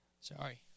Sorry